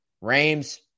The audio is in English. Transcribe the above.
Rams